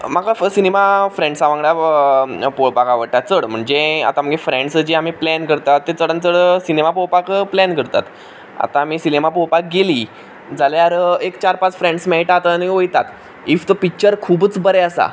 म्हाका सिनेमा फ्रेंड्सां वांगडा पळोवपाक आवडटा चड म्हणजे आतां आमगे फ्रेंड्स जीं प्लॅन करतात तीं चडांत चड सिनेमा पोवपाक प्लॅन करतात आतां आमी सिनेमा पोवपाक गेलीं जाल्यार एक चार पांच फ्रेंड्स मेळटात आनी वयतात इफ तर पिक्चर खुबूच बरें आसा